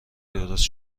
درست